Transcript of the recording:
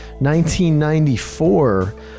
1994